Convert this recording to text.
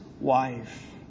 wife